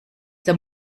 der